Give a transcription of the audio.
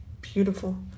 beautiful